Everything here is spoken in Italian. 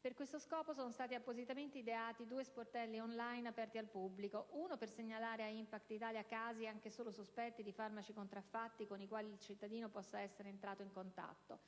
Per questo scopo sono stati appositamente ideati due sportelli *on line* aperti al pubblico: uno per segnalare a Impact Italia casi, anche solo sospetti, di farmaci contraffatti con i quali il cittadino possa essere entrato in contatto,